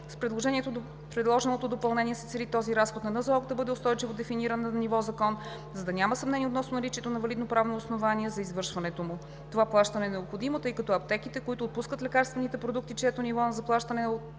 С предложеното допълнение се цели този разход на НЗОК да бъде устойчиво дефиниран на ниво закон, за да няма съмнение относно наличието на валидно правно основание за извършването му. Това плащане е необходимо, тъй като аптеките, които отпускат лекарствените продукти, чието ниво на заплащане